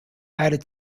added